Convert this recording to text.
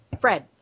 Fred